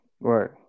Right